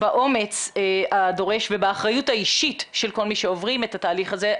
באומץ הדורש ובאחריות האישית של כל מי שעוברים את התהליך הזה.